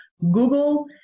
Google